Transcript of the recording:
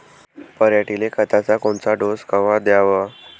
पऱ्हाटीले खताचा कोनचा डोस कवा द्याव?